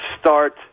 start